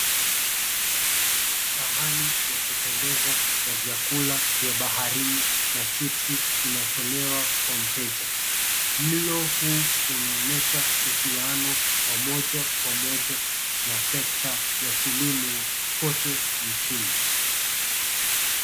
Sahani ya kupendeza ya vyakula vya baharini na chipsi inatolewa kwa mteja. Mlo huu unaonyesha uhusiano wa moja kwa moja na sector ya kilimo kwote nchini.